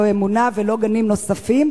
לא "אמונה" ולא גנים נוספים,